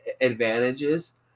advantages